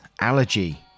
allergy